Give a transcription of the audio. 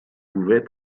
pouvaient